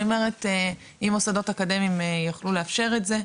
אני אומרת אם מוסדות אקדמיים יכלו לאפשר את זה,